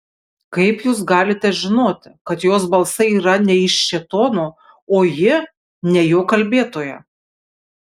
kaip jūs galite žinoti kad jos balsai yra ne iš šėtono o ji ne jo kalbėtoja